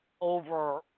over